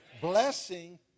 Blessing